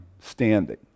standing